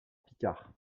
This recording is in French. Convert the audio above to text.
picard